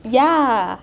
ya